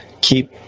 Keep